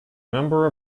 number